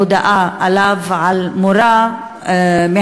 הגיעה אלי הודעה על מורה מהצפון,